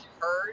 heard